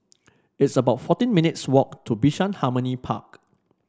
it's about fourteen minutes' walk to Bishan Harmony Park